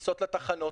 בכניסות לתחנות.